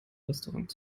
restaurant